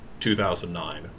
2009